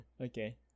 okay